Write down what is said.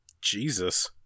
Jesus